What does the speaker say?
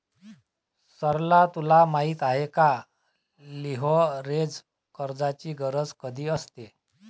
सरला तुला माहित आहे का, लीव्हरेज कर्जाची गरज कधी असते?